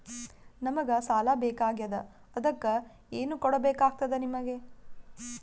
ನಮಗ ಸಾಲ ಬೇಕಾಗ್ಯದ ಅದಕ್ಕ ಏನು ಕೊಡಬೇಕಾಗ್ತದ ನಿಮಗೆ?